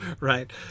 right